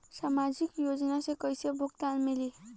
सामाजिक योजना से कइसे भुगतान मिली?